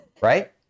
right